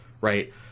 right